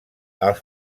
els